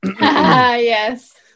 yes